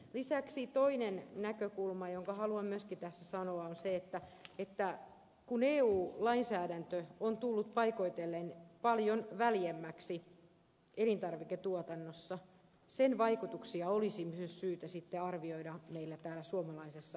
lisäksi toinen näkökulma jonka haluan myöskin tässä sanoa on se että kun eu lainsäädäntö on tullut paikoitellen paljon väljemmäksi elintarviketuotannossa sen vaikutuksia olisi myös syytä sitten arvioida meillä täällä suomalaisessa poliittisessakin keskustelussa